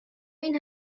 این